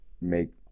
make